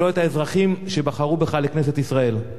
ולא את האזרחים שבחרו בך לכנסת ישראל.